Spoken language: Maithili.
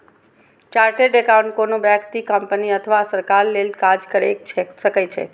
चार्टेड एकाउंटेंट कोनो व्यक्ति, कंपनी अथवा सरकार लेल काज कैर सकै छै